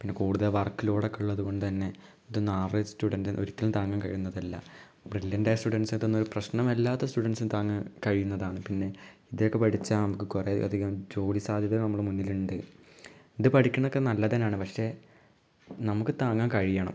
പിന്നെ കൂടുതൽ വർക്ക് ലോഡൊക്കെ ഉള്ളത് കൊണ്ട്തന്നെ ഇതൊന്നും ആവറേജ് സ്റ്റുഡൻറ്റിന് ഒരിക്കലും താങ്ങാൻ കഴിയുന്നതല്ല ബ്രില്ല്യൻറ്റായ സ്റ്റുഡൻസിനിതൊന്നൊരു പ്രശ്നമല്ലാത്ത സ്റ്റുഡൻസിന് താങ്ങാൻ കഴിയുന്നതാണ് പിന്നെ ഇത് ഒക്കെ പഠിച്ചാൽ നമുക്ക് കുറെ അധികം ജോലി സാധ്യത നമ്മുടെ മുന്നിലുണ്ട് ഇത് പഠിക്കണൊക്കെ നല്ലതിനാണ് പക്ഷേ നമുക്ക് താങ്ങാൻ കഴിയണം